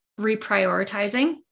reprioritizing